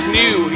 new